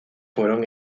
fueron